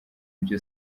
ibyo